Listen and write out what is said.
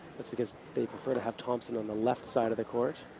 that's because they prefer to have thompson on the left side of the court,